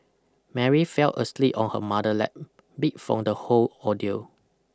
Mary fell asleep on her mother lap beat from the whole ordeal